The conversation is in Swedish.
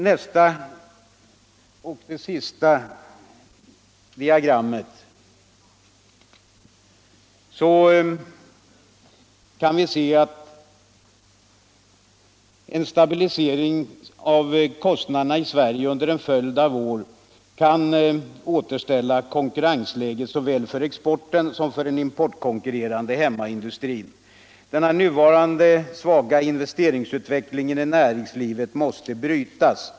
Nästa diagram visar att en stabilisering av kostnaderna i Sverige under en följd av år kan återställa konkurrensläget såväl för exporten som för en importkonkurrerande hemmaindustri. Den nuvarande svaga investeringsutvecklingen i näringslivet måste brytas.